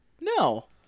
no